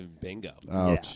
Bingo